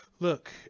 Look